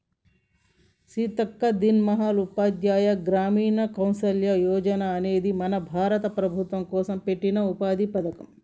సీతక్క దీన్ దయాల్ ఉపాధ్యాయ గ్రామీణ కౌసల్య యోజన అనేది మన భారత ప్రభుత్వం కోసం పెట్టిన ఉపాధి పథకం